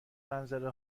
منظره